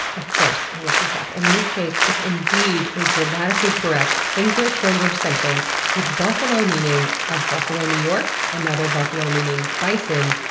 of course, i looked this up, and in this case, it is indeed a grammatically correct english language sentence. with buffalo meaning, of buffalo, new york', another buffalo meaning bison,